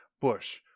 Bush